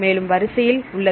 மேலும் வரிசையில் உள்ளது